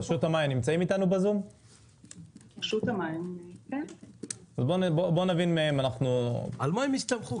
בוא נבין מרשות המים.